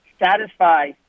satisfy